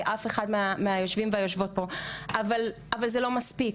אף אחד מהיושבים ויושבות פה אבל זה לא מספיק.